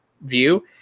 view